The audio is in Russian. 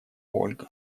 ольга